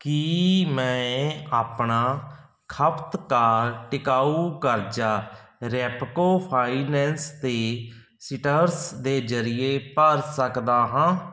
ਕੀ ਮੈਂ ਆਪਣਾ ਖਪਤਕਾਰ ਟਿਕਾਊ ਕਰਜ਼ਾ ਰੈਪਕੋ ਫਾਈਨੈਂਸ ਅਤੇ ਸੀਟਰਸ ਦੇ ਜਰੀਏ ਭਰ ਸਕਦਾ ਹਾਂ